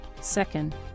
Second